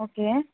okay